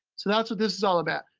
so that's what this is all about.